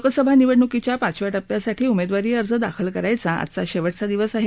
लोकसभा निवडणुकीच्या पाचव्या टप्प्यासाठी उमेदवारी अर्ज दाखल करण्याचा आज शेवटचा दिवस आहे